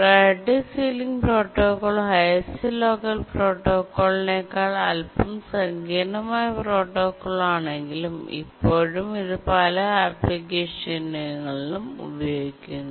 priority ceiling protocol highest locker പ്രോട്ടോകോൾനേക്കാൾ അല്പം സങ്കീർണ്ണമായ പ്രോട്ടോക്കോളാണെങ്കിലും ഇപ്പോഴും ഇത് പല ആപ്ലിക്കേഷനുകളിലും ഉപയോഗിക്കുന്നു